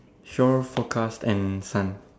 show forecast and sun